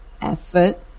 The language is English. effort